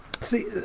See